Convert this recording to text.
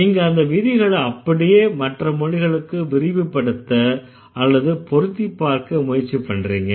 நீங்க அந்த விதிகளை அப்படியே மற்ற மொழிகளுக்கு விரிவு படுத்த அல்லது பொருத்திப்பார்க்க முயற்சி பண்றீங்க